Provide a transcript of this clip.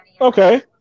Okay